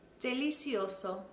delicioso